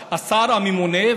אתה השר הממונה,